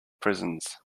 prisons